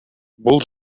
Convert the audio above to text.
бул